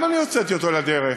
גם אותו אני הוצאתי לדרך